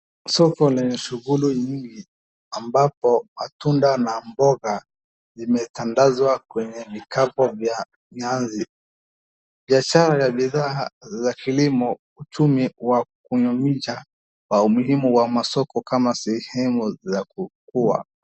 Soko lenye shughuli nyingi ambapo matunda na mboga zimetandazwa kwenye vikapu vya nyasi. Biashara za bidhaa za kilimo uchumi wa kunyunyiza na umuhimu wa masoko kama sehemu za kukua.